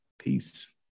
Peace